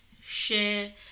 share